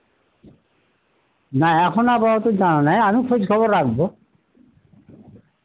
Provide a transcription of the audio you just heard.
না এখন আপাতত জানা নাই আমি খোঁজ খবর রাখবো